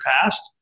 past